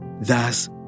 Thus